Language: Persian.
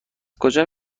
کجا